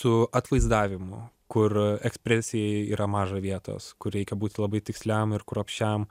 su atvaizdavimu kur ekspresijai yra maža vietos kur reikia būti labai tiksliam ir kruopščiam